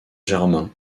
germain